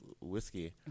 whiskey